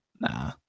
nah